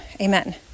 amen